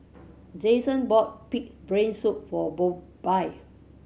Jason bought Pig's Brain Soup for Bobbye